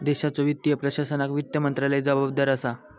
देशाच्यो वित्तीय प्रशासनाक वित्त मंत्रालय जबाबदार असा